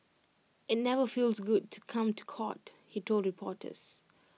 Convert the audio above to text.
IT never feels good to come to court he told reporters